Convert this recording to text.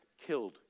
killed